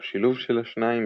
או שילוב של השניים,